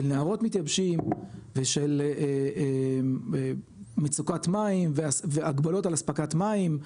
של נהרות מתייבשים ושל מצוקת מים והגבלות על אספקת מים,